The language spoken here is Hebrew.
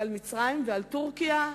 על מצרים ועל טורקיה,